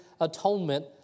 atonement